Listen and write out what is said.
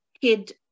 kid